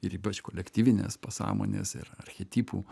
ir ypač kolektyvinės pasąmonės ir archetipų